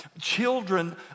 children